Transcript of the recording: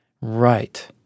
Right